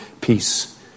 peace